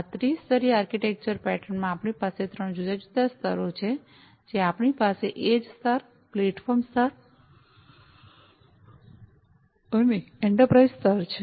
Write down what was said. આ ત્રિ સ્તરીય આર્કિટેક્ચર પેટર્ન માં આપણી પાસે ત્રણ જુદા જુદા સ્તરો છે જે આપણી પાસે એડ્જ સ્તર પ્લેટફોર્મ સ્તર અને એન્ટરપ્રાઇઝ સ્તર છે